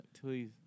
please